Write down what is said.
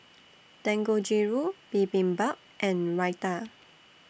Dangojiru Bibimbap and Raita